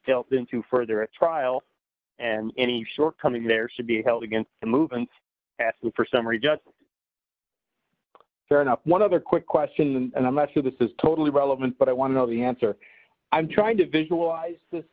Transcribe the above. filled in to further a trial and any shortcoming there should be held against the move and ask for summary judgment fair enough one other quick question and i'm not sure this is totally relevant but i want to know the answer i'm trying to visualize this